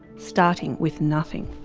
starting with nothing.